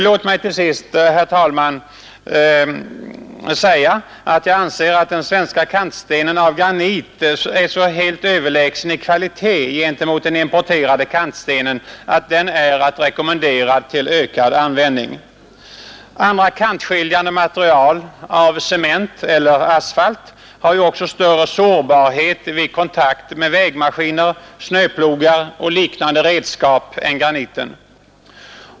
Låt mig till sist säga, herr talman, att jag anser den svenska kantstenen av granit så helt överlägsen i kvalitet i förhållande till den importerade kantstenen att den är att rekommendera till ökad användning. Andra kantskiljande material, av cement eller asfalt, har ju också större sårbarhet vid kontakt med vägmaskiner, snöplogar och liknande redskap än graniten.